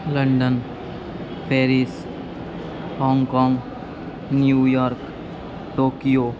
London Paris Hong Kong New York Tokyo